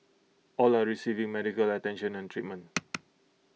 all are receiving medical attention and treatment